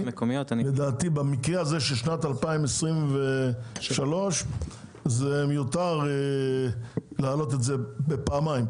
במקרה של שנת 2023 זה מיותר להעלות את זה בפעמיים,